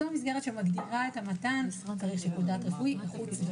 זו המסגרת שמגדירה זמן סביר,